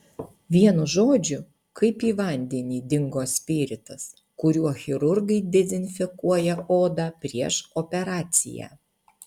vienu žodžiu kaip į vandenį dingo spiritas kuriuo chirurgai dezinfekuoja odą prieš operaciją